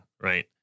right